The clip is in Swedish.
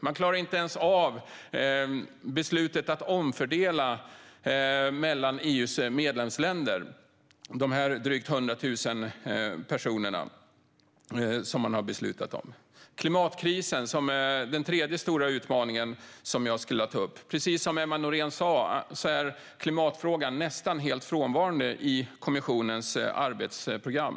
Man klarar inte ens av att omfördela de drygt 100 000 personerna mellan EU:s medlemsländer, som man har beslutat om. Klimatkrisen är den tredje stora utmaningen som jag skulle vilja ta upp. Precis som Emma Nohrén sa är klimatfrågan nästan helt frånvarande i kommissionens arbetsprogram.